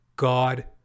God